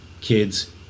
kids